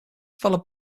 followed